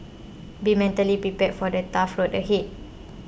be mentally prepared for the tough road ahead